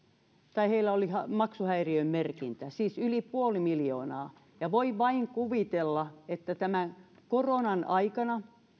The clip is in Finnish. tai heillä oli maksuhäiriömerkintä siis yli puoli miljoonaa ja voi vain kuvitella että tämän koronan aikana